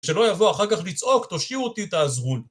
שלא יבוא אחר כך לצעוק, תושיעו אותי, תעזרו.